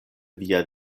via